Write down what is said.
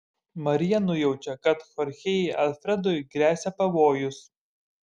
marija nujaučia kad chorchei alfredui gresia pavojus